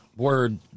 word